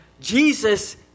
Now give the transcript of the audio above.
Jesus